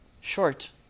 short